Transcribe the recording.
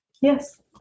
Yes